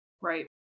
Right